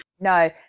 No